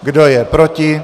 Kdo je proti?